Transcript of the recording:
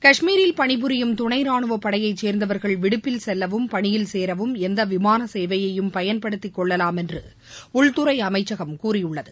கஷ்மீரில் பணிபுரியும் துணை ராணுவப்படையை சேர்ந்தவர்கள் விடுப்பில் செல்லவும் பணியில் சேரவும் எந்த விமான சேவையையும் பயன்படுத்திக்கொள்ளலாம் என்று உள்துறை அமைச்சகம் கூறியுள்ளது